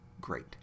great